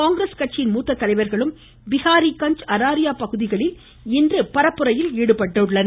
காங்கிரஸ் கட்சியின் மூத்த தலைவர்களும் பிகாரிகஞ்ச் அராரியா பகுதிகளில் இன்று தேர்தல் பிரச்சாரத்தில் ஈடுபட்டுள்ளனர்